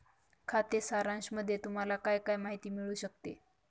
खाते सारांशामध्ये तुम्हाला काय काय माहिती मिळू शकते?